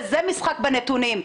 וזה משחק בנתונים,